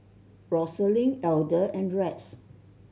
Rosalind Elder and Rex